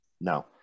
no